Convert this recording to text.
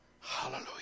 Hallelujah